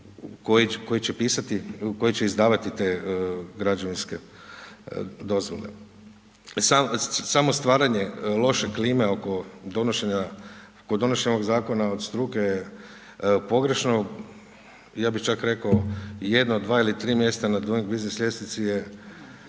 koji će izdavati te građevinske dozvole? Samo stvaranje loše klime oko donošenja ovog zakona od struke pogrešno ja bi čak rekao, jedno, dva ili tri mjesta na Duing biznis ljestvici je